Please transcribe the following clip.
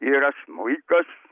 yra smuikas